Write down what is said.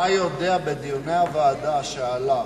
אתה יודע שבדיוני הוועדה עלה